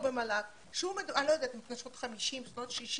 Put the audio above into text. במל"ג יש חוק שאני לא יודעת אם הוא משנות ה-50 או משנות ה-60,